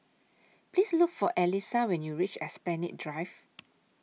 Please Look For Elyssa when YOU REACH Esplanade Drive